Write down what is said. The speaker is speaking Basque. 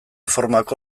formako